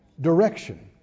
Direction